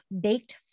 baked